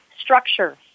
structure